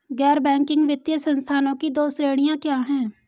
गैर बैंकिंग वित्तीय संस्थानों की दो श्रेणियाँ क्या हैं?